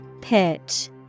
Pitch